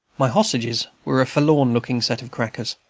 my hostages were a forlorn-looking set of crackers,